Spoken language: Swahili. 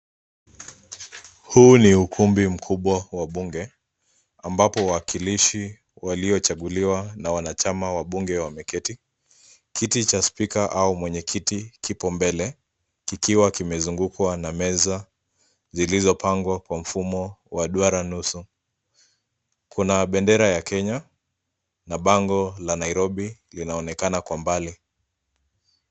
Huu ni ukumbi mkubwa wa Bunge ambapo wakirishi waliochaguliwa na wanachama wa mbunge wameketi. Kiti cha Spika au Mwenyekiti kipo mbele, kikiwa kimezungukwa na meza zilizopangwa kwa mfumo wa duara nusu. Kuna bendera ya Kenya na bango la Nairobi linaonekana kwa mbali.